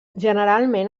generalment